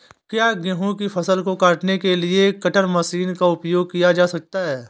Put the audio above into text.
क्या गेहूँ की फसल को काटने के लिए कटर मशीन का उपयोग किया जा सकता है?